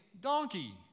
donkey